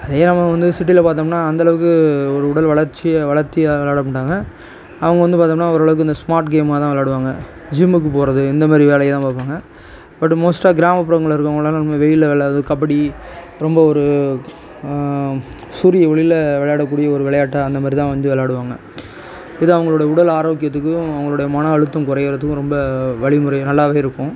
அதே நம்ம வந்து சிட்டியில் பார்த்தோம்னா அந்த அளவுக்கு ஒரு உடலை வளைச்சி வளத்தி விளையாட மாட்டாங்க அவங்க வந்து பார்த்தோம்னா ஓரளவுக்கு இந்த ஸ்மார்ட் கேமாக தான் விளையாடுவாங்க ஜிம்முக்கு போகிறது இந்த மாதிரி வேலையை தான் பார்ப்பாங்க பட் மோஸ்ட்டாக கிராமப்புறங்களில் இருக்கிறவங்களாம் நம்ம வெயிலில் அதாவது கபடி ரொம்ப ஒரு சூரிய ஒளியில் விளையாடக்கூடிய ஒரு விளையாட்டாக அந்த மாதிரி தான் வந்து விளையாடுவாங்க இது அவங்களோடய உடல் ஆரோக்கியத்துக்கும் அவங்களோடய மன அழுத்தம் குறைகிறதுக்கும் ரொம்ப வழிமுறை நல்லாவே இருக்கும்